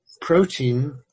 protein